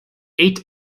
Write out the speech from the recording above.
eight